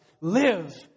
live